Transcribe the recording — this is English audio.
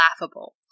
laughable